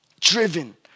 Driven